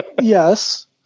Yes